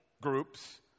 groups